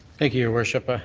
thank you, your worship. ah